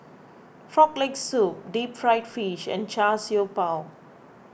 Frog Leg Soup Deep Fried Fish and Char Siew Bao